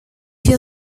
you